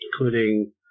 including